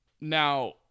Now